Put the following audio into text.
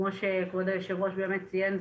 כמו שכבוד היושב-ראש ציין,